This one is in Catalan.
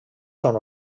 són